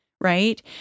right